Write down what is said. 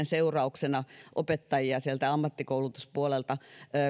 seurauksena opettajia sieltä ammattikoulutuspuolelta